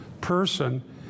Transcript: person